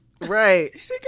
right